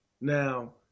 Now